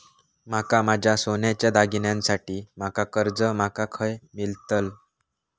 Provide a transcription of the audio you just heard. माका माझ्या सोन्याच्या दागिन्यांसाठी माका कर्जा माका खय मेळतल?